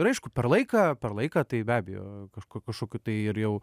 ir aišku per laiką per laiką tai be abejo kažkur kažkokiu tai ir jau